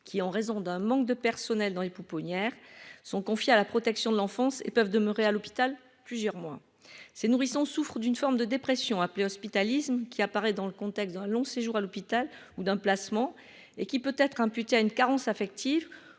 qui, en raison d'un manque de personnel dans les pouponnières sont confiés à la protection de l'enfance et peuvent demeurer à l'hôpital plusieurs mois ces nourrissons souffrent d'une forme de dépression appelé qui apparaît dans le contexte d'un long séjour à l'hôpital ou d'un placement et qui peut être imputée à une carence affective